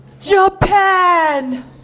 Japan